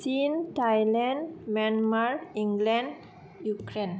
China Thailand Myanmar England Ukraine